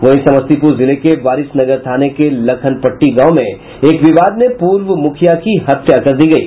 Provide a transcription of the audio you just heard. वहीं समस्तीपुर जिले के बारिशनगर थाने के लखनपट्टी गांव में एक विवाद में पूर्व मुखिया की हत्या कर दी गयी